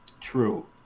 True